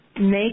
make